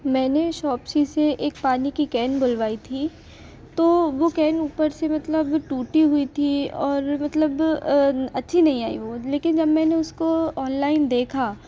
मैंने शॉप्सी से एक पानी की केन बुलवाई थी तो वो केन ऊपर से मतलब टूटी हुई थी और मतलब अच्छी नहीं आई वो लेकिन जब मैंने उसको ऑनलाइन देखा